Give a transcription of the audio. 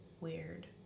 weird